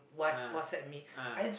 ah ah